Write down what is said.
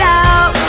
out